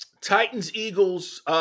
Titans-Eagles